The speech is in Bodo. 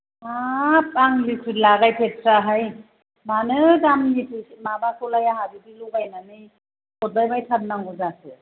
हाब आं लिकुइड लागायफेरथारा हाय मानो गामिनि माबाखौलाय आंहा बिदि मिलायनानै हरबायबायथारनांगौ जाखो